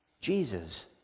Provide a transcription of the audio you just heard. Jesus